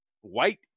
White